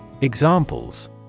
Examples